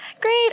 Great